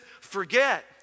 forget